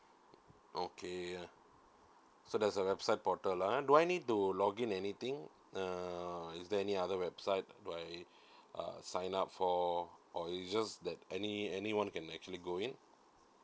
okay uh so there's a website portal lah uh do I need to login anything uh is there any other website do I uh sign up for or it just that any anyone can actually go in